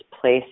place